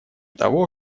того